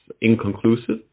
inconclusive